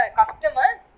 customers